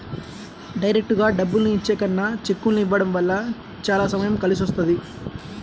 డైరెక్టుగా డబ్బుల్ని ఇచ్చే కన్నా చెక్కుల్ని ఇవ్వడం వల్ల చానా సమయం కలిసొస్తది